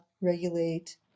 regulate